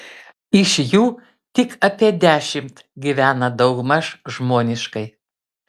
iš jų tik apie dešimt gyvena daugmaž žmoniškai